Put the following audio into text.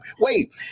Wait